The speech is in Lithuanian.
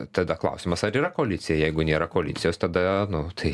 tada klausimas ar yra koalicija jeigu nėra koalicijos tada nu tai